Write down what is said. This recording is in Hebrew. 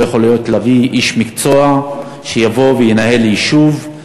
לא יכול להיות שנביא איש מקצוע שיבוא וינהל יישוב,